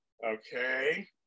Okay